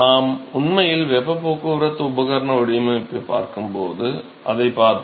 நாம் உண்மையில் வெப்பப் போக்குவரத்து உபகரண வடிவமைப்பைப் பார்க்கும்போது அதைப் பார்ப்போம்